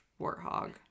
warthog